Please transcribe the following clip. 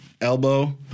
elbow